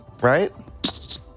right